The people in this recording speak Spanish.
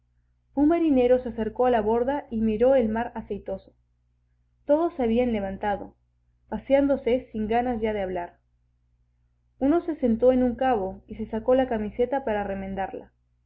un marinero se acercó a la borda y miró el mar aceitoso todos se habían levantado paseándose sin ganas ya de hablar uno se sentó en un cabo y se sacó la camiseta para remendarla